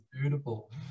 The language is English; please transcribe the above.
beautiful